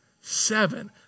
Seven